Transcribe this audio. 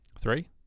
Three